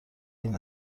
این